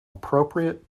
appropriate